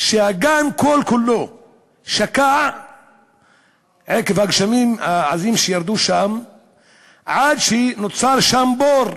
שהגן כל-כולו שקע עקב הגשמים העזים שירדו שם עד שנוצר שם בור,